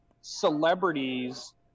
celebrities